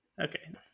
Okay